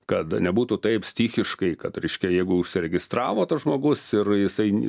kad nebūtų taip stichiškai kad reiškia jeigu užsiregistravo tas žmogus ir jisai